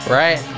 right